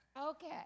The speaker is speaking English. Okay